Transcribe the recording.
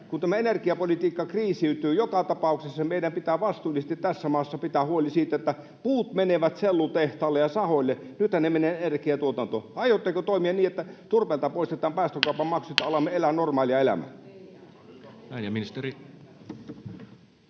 kun tämä energiapolitiikka kriisiytyy joka tapauksessa, meidän pitää vastuullisesti tässä maassa vaatia ja pitää huoli siitä, että puut menevät sellutehtaille ja sahoille. Nythän ne menevät energiantuotantoon. Aiotteko toimia niin, että turpeelta poistetaan päästökaupan maksut ja alamme elää normaalia elämää?